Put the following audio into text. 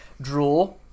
draw